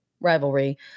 rivalry